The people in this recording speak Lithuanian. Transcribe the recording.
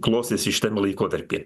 klostėsi šitam laikotarpy